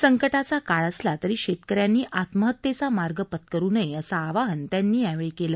संकटाचा काळ असला तरी शेतकऱ्यांनी आत्महत्येचा मार्ग पत्करू नये असं आवाहन त्यांनी केलं